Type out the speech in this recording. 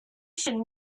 should